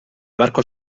barco